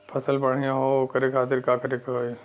फसल बढ़ियां हो ओकरे खातिर का करे के होई?